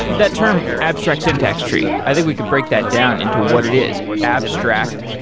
that term abstract syntax tree, i think we could break that down into what it is. abstract,